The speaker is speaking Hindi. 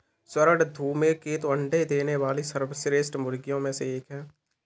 स्वर्ण धूमकेतु अंडे देने वाली सर्वश्रेष्ठ मुर्गियों में एक है